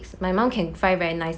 mm